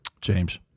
James